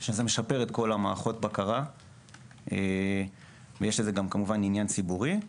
זה משפר את כל מערכות הבקרה ולכן יש בזה גם עניין ציבורי.